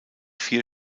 vier